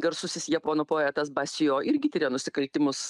garsusis japonų poetas basijo irgi tiria nusikaltimus